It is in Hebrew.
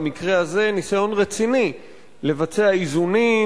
במקרה הזה ניסיון רציני לבצע איזונים